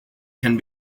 can